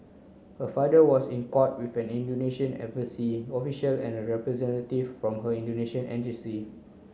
her father was in court with an Indonesian embassy official and a representative from her Indonesian agency